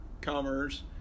Commerce